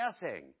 guessing